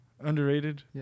Underrated